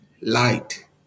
light